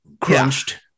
crunched